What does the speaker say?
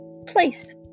place